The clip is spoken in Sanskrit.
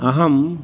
अहं